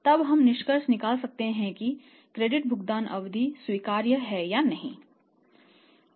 तब हम निष्कर्ष निकाल सकते हैं कि क्रेडिट भुगतान अवधि स्वीकार्य है या नहीं